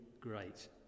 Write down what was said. great